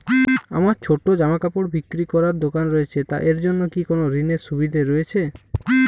আমার ছোটো জামাকাপড় বিক্রি করার দোকান রয়েছে তা এর জন্য কি কোনো ঋণের সুবিধে রয়েছে?